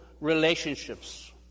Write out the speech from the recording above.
relationships